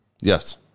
Yes